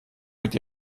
mit